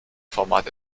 format